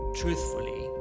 truthfully